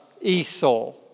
Esau